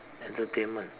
entertainment